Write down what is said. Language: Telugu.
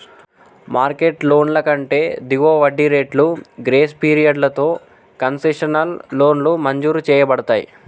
మార్కెట్ లోన్ల కంటే దిగువ వడ్డీ రేట్లు, గ్రేస్ పీరియడ్లతో కన్సెషనల్ లోన్లు మంజూరు చేయబడతయ్